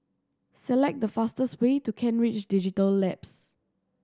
select the fastest way to Kent Ridge Digital Labs